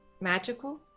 magical